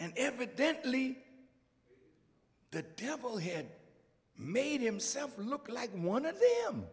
and evidently the devil had made himself look like one of them